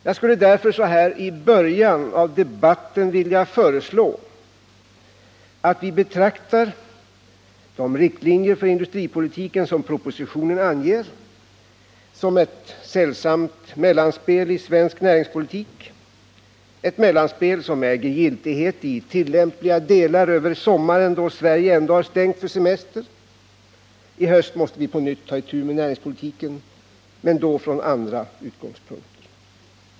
Jag skulle därför så här i början av debatten vilja föreslå att vi betraktar de riktlinjer för industripolitiken som propositionen anger såsom ett sällsamt mellanspel i svensk näringspolitik, ett mellanspel som äger giltighet i tillämpliga delar över sommaren, då Sverige ändå har stängt för semester. I höst måste vi på nytt ta itu med näringspolitiken, men från andra utgångspunkter.